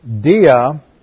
dia